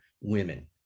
women